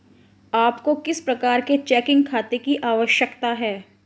आपको किस प्रकार के चेकिंग खाते की आवश्यकता है?